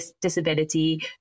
disability